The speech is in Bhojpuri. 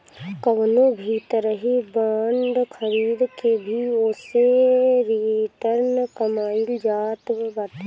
कवनो भी तरही बांड खरीद के भी ओसे रिटर्न कमाईल जात बाटे